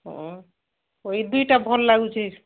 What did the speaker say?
ହଁ ଓ ଏଇ ଦୁଇଟା ଭଲ୍ ଲାଗୁଛି